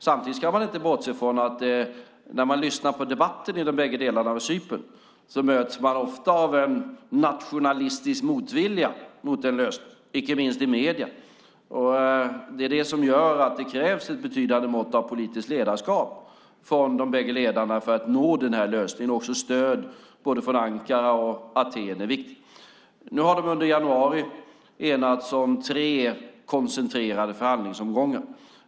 Samtidigt ska man inte bortse från att när man lyssnar på debatten i de bägge delarna av Cypern möts man ofta av en nationalistisk motvilja mot en lösning, icke minst i medierna. Det är det som gör att det krävs ett betydande mått av politiskt ledarskap från de bägge ledarna för att nå en lösning. Också stöd från både Ankara och Aten är viktigt. Nu har de under januari enats om tre koncentrerade förhandlingsomgångar.